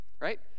Right